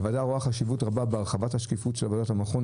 הוועדה רואה חשיבות רבה בהרחבת השקיפות של עבודת המכון,